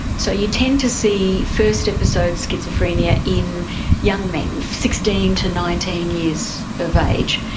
so you tend to see first episode schizophrenia in young men sixteen to nineteen years of age.